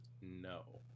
No